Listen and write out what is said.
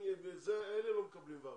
אלה לא מקבלים ואוצ'רים.